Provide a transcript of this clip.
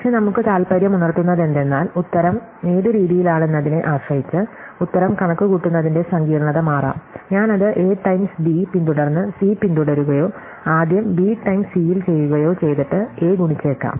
പക്ഷേ നമുക്ക് താൽപ്പര്യമുണർത്തുന്നതെന്തെന്നാൽ ഉത്തരം ഏത് രീതിയിലാണെന്നതിനെ ആശ്രയിച്ച് ഉത്തരം കണക്കുകൂട്ടുന്നതിന്റെ സങ്കീർണ്ണത മാറാം ഞാൻ അത് എ ടൈംസ് ബി പിന്തുടർന്ന് സി പിന്തുടരുകയോ ആദ്യം ബി ടൈംസ് സിയിൽ ചെയ്യുകയോ ചെയ്തിട്ട് എ ഗുണിച്ചേക്കാം